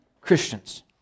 Christians